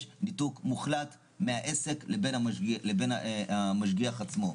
יש ניתוק מוחלט מהעסק לבין המשגיח עצמו.